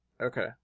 Okay